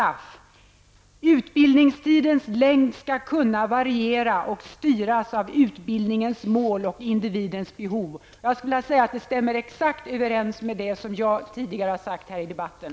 I det står: ''Utbildningstidens längd skall kunna variera och styras av utbildningens mål och individens behov.'' Det överenstämmer exakt med vad jag tidigare har sagt i debatten.